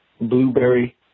blueberry